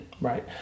Right